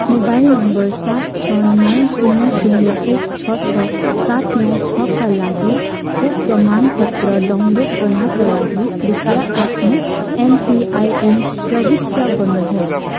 mobile नम्बर सात छ नौ शून्य शून्य एक छ छ सात नौ छ का लागि खोप प्रमाणपत्र डाउनलोड गर्नाका लागि कृपया आफ्नो एमपिआइएन प्रविष्ट गर्नुहोस्